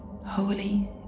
holy